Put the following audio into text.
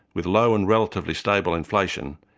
with low and relatively stable inflation,